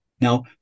Now